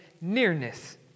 nearness